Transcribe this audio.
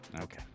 Okay